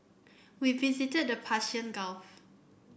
we visited the Persian Gulf